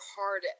hard